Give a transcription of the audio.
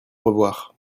revoir